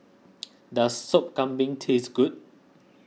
does Sop Kambing taste good